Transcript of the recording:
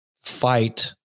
fight